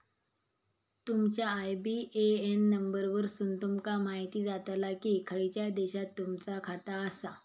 तुमच्या IBAN number वरसुन तुमका म्हायती जाताला की खयच्या देशात तुमचा खाता आसा